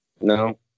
No